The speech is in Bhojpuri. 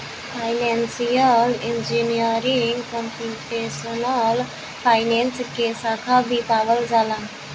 फाइनेंसियल इंजीनियरिंग कंप्यूटेशनल फाइनेंस के साखा भी पावल जाला